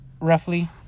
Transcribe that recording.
roughly